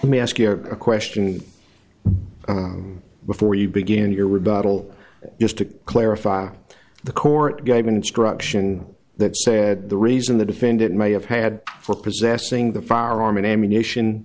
let me ask you a question before you begin your rebuttal just to clarify the court gave an instruction that said the reason the defendant may have had for possessing the firearm and ammunition